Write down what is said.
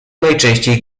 najczęściej